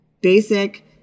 basic